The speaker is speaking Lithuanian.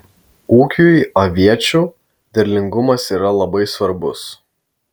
ūkiui aviečių derlingumas yra labai svarbus